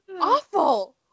awful